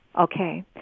Okay